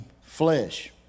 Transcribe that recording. flesh